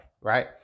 right